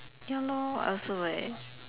ya lor I also leh